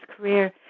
career